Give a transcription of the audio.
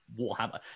warhammer